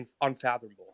unfathomable